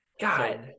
God